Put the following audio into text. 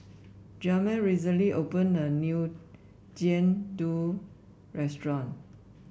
Jamir recently opened a new Jian Dui restaurant